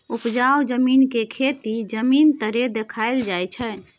उपजाउ जमीन के खेती जमीन तरे देखाइल जाइ छइ